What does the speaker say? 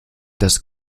das